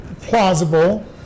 plausible